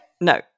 No